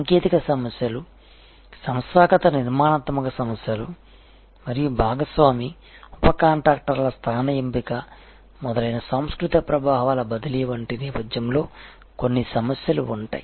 సాంకేతిక సమస్యలు సంస్థాగత నిర్మాణాత్మక సమస్యలు మరియు భాగస్వామి ఉప కాంట్రాక్టర్ల స్థాన ఎంపిక మొదలైన సాంస్కృతిక ప్రభావాల బదిలీ వంటి నేపథ్యంలో కొన్ని సమస్యలు ఉంటాయి